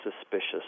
suspicious